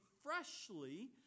freshly